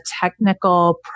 technical